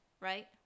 Right